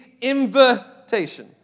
invitation